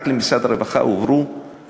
רק למשרד הרווחה הועברו